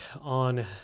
on